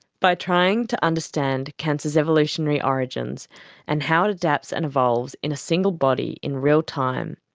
by trying to understand cancer's evolutionary um regions and how it adapts and evolves in a single body in real time,